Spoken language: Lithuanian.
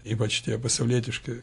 ypač tie pasaulietiški